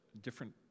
different